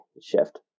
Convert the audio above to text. shift